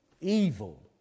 Evil